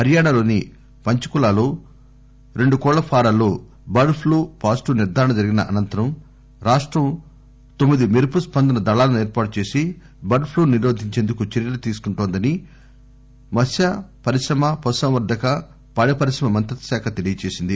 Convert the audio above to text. హర్యానాలోని పంచ్కులాలో రెండు కోళ్ళ ఫారాల్లో బర్డ్ ప్లూ పాజిటివ్ నిర్దారణ జరిగిన అనంతరం రాష్టం తొమ్మిది మెరుపు స్పందన దళాలను ఏర్పాటు చేసి బర్డ్ ప్లూ ను నిరోధించేందుకు చర్యలు తీసుకుంటోందని మత్స పరిశ్రమ పశు సంవర్గక పాడి పరిశ్రమ మంత్రిత్వ కాఖ తెలియజేసింది